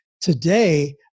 Today